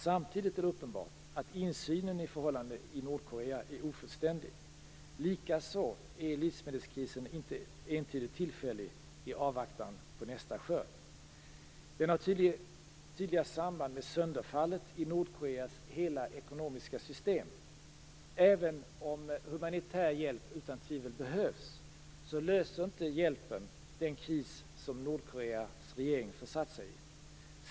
Samtidigt är det uppenbart att insynen i förhållandena i Nordkorea är ofullständig. Likaså är livsmedelskrisen inte entydigt tillfällig, i avvaktan på nästa skörd. Den har tydliga samband med sönderfallet i Nordkoreas hela ekonomiska system. Även om humanitär hjälp utan tvivel behövs, löser hjälpen inte den kris som Nordkoreas regering försatt sig i.